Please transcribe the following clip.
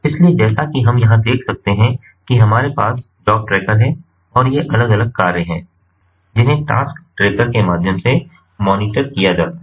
इसलिए जैसा कि हम यहां देख सकते हैं कि हमारे पास जॉब ट्रैकर है और ये अलग अलग कार्य हैं जिन्हें टास्क ट्रैकर के माध्यम से मॉनिटर किया जाता है